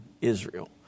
Israel